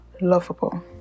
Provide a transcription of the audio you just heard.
lovable